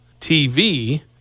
TV